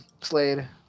Slade